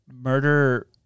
murder